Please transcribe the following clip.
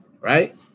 right